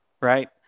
right